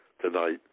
tonight